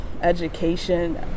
education